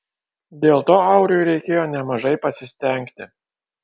dėl to auriui reikėjo nemažai pasistengti